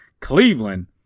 Cleveland